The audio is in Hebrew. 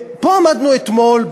פה עמדנו אתמול,